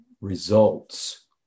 results